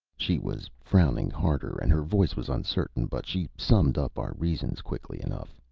she was frowning harder, and her voice was uncertain, but she summed up our reasons quickly enough.